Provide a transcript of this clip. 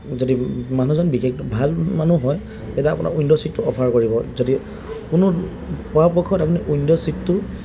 যদি মানুহজন বিশেষ ভাল মানুহ হয় তেতিয়া আপোনাক উইণ্ড' ছিটটো অফাৰ কৰিব যদি কোনো পৰাপক্ষত আপুনি উইণ্ড' ছিটটো